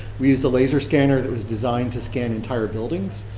we used a laser scanner that was designed to scan entire buildings.